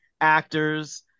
actors